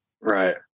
Right